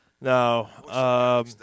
No